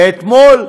ואתמול,